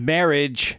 Marriage